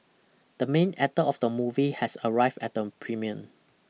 the main actor of the movie has arrived at the premiere